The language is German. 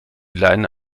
leine